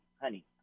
honey